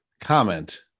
comment